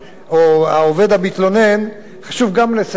או העובד המתלונן, חשוב לציין עוד